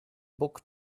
book